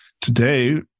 today